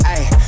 Ayy